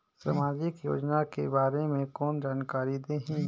समाजिक योजना के बारे मे कोन जानकारी देही?